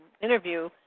interview